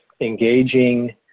engaging